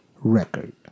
record